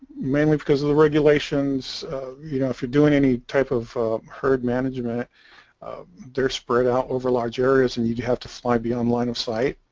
mainly because of the regulations you know if you're doing any type of herd management they're spread out over large areas and you have to fly beyond line-of-sight